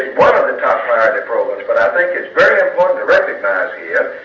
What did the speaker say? one of the top priority programs, but i think it's very important to recognize